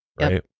right